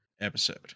episode